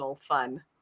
fun